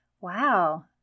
Wow